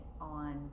on